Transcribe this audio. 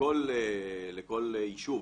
כל יישוב